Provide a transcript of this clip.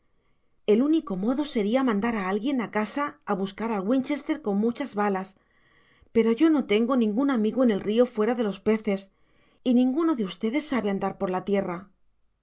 el único modo sería mandar a alguien a casa a buscar el winchester con muchas balas pero yo no tengo ningún amigo en el río fuera de los peces y ninguno de ustedes sabe andar por la tierra